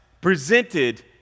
presented